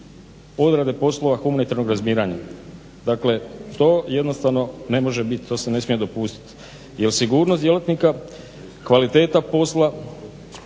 odrede poslova humanitarnog razminiranja. Dakle, to jednostavno ne može biti, to se ne smije dopustiti jer sigurnost djelatnika, kvaliteta posla,